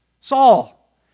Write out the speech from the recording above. Saul